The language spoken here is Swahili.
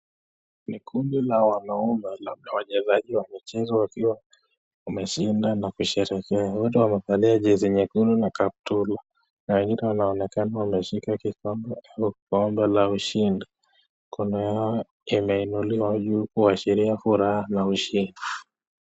Ni kundi la wanaume la wachezaji wa michezo wakiwa wameshinda na kusherekea ,wote wamevalia jezi nyekundu na kaptura, na wengine wanaonekana wameshika kikombe la ushindi, mikono yao imeinuliwa juu kuashiria furaha na ushindi.